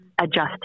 adjust